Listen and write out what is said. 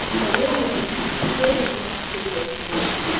the lydians destroyed the ancient city of smyrna,